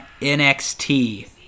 NXT